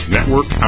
Network